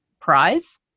prize